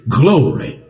glory